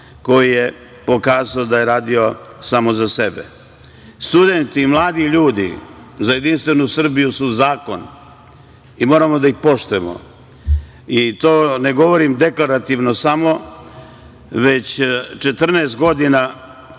koji je pokazao da je radio samo za sebe. Studenti, mladi ljudi za Jedinstvenu Srbiju su zakon i moramo da ih poštujemo. I to ne govorim deklarativno samo, već 14 godina,